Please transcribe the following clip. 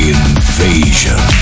Invasion